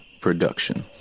production